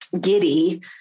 giddy